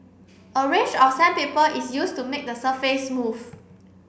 a range of sandpaper is used to make the surface smooth